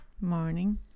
Morning